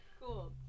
Cool